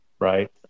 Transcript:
right